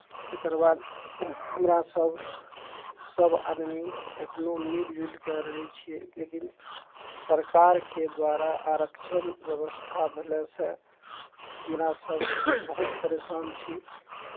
तकर बाद हमरासभ सभ आदमी एखनहु मिलि जुलि कऽ रहै छियै लेकिन सरकारके द्वारा आरक्षण व्यवस्था भेलासँ हमरासभ बहुत परेशान छी